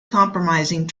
compromising